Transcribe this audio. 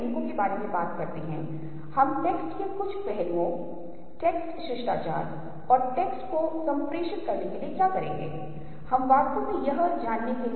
अन्य समय में आप देखने की कोशिश कर रहे हैं कुछ एक सपाट सतह के रूप में और आप दो लाइनों के बीच तुलना करने की कोशिश कर रहे हैं जो समान लंबाई के हो सकते हैं या नहीं हो सकते हैं